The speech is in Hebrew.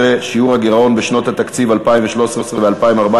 13) (שיעור הגירעון בשנות התקציב 2013 ו-2014